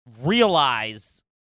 realize